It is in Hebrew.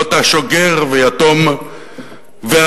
לא תעשוק גר ויתום ואלמנה.